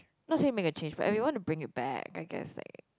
not say make a change but if you wanna bring it back I guess like